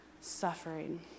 suffering